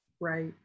right